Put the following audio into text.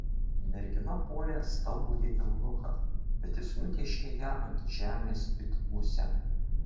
mergina puolė stambųjį eunuchą bet jis nutėškė ją ant žemės it musę